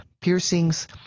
Piercings